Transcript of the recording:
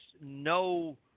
no